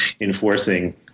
enforcing